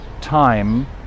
time